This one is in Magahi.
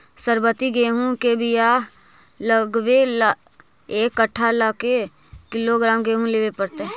सरबति गेहूँ के बियाह लगबे ल एक कट्ठा ल के किलोग्राम गेहूं लेबे पड़तै?